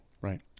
Right